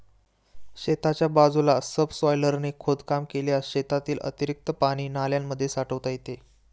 शेताच्या बाजूला सबसॉयलरने खोदकाम केल्यास शेतातील अतिरिक्त पाणी नाल्यांमध्ये साठवता येते